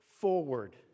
forward